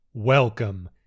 Welcome